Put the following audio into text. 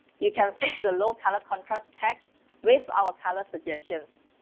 you can fix the low color contrast texts with our color suggestions.